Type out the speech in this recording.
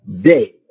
day